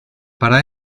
para